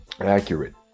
accurate